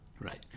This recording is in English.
Right